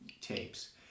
tapes